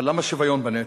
אבל למה שוויון בנטל?